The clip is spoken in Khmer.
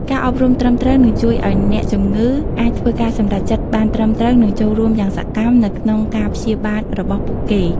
ការអប់រំត្រឹមត្រូវនឹងជួយឱ្យអ្នកជំងឺអាចធ្វើការសម្រេចចិត្តបានត្រឹមត្រូវនិងចូលរួមយ៉ាងសកម្មនៅក្នុងការព្យាបាលរបស់ពួកគេ។